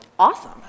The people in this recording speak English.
awesome